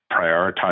prioritize